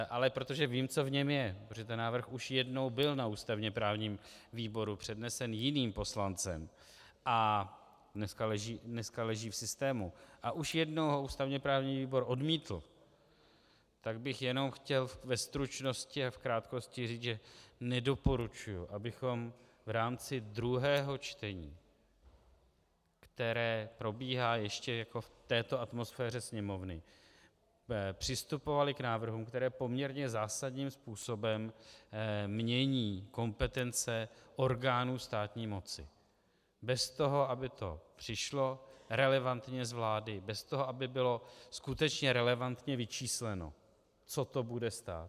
Ale protože vím, co v něm je, protože ten návrh už jednou byl na ústavněprávním výboru přednesen jiným poslancem a dneska leží v systému a už jednou ho ústavněprávní výbor odmítl, tak bych jenom chtěl ve stručnosti a v krátkosti říct, že nedoporučuji, abychom v rámci druhého čtení, které probíhá ještě jako v této atmosféře Sněmovny, přistupovali k návrhům, kterém poměrně zásadním způsobem mění kompetence orgánů státní moci, bez toho, aby to přišlo relevantně z vlády, bez toho, aby bylo skutečně relevantně vyčísleno, co to bude stát.